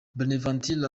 bonaventure